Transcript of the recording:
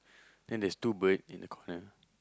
then there's two bird in the corner